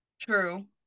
True